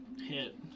Hit